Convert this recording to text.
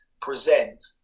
present